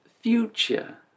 future